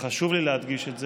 וחשוב לי להדגיש את זה,